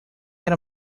era